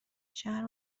چند